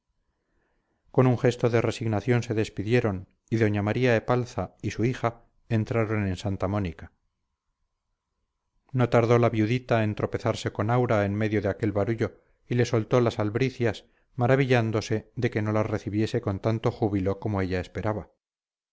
con un gesto de resignación se despidieron y doña maría epalza y su hija entraron en santa mónica no tardó la viudita en tropezarse con aura en medio de aquel barullo y le soltó las albricias maravillándose de que no las recibiese con tanto júbilo como ella esperaba